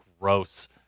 gross